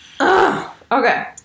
Okay